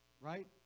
right